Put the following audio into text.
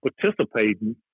participating